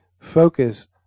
focus